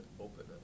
open